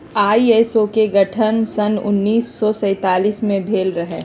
ISO के गठन सन उन्नीस सौ सैंतालीस में भेल रहै